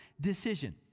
decision